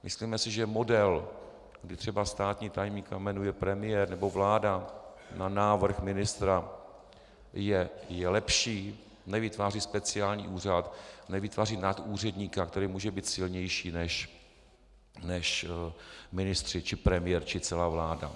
Myslíme si, že model, kdy třeba státního tajemníka jmenuje premiér nebo vláda na návrh ministra, je lepší, nevytváří speciální úřad, nevytváří nadúředníka, který může být silnější než ministři či premiér či celá vláda.